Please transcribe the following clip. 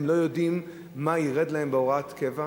הם לא יודעים מה ירד להם בהוראת הקבע,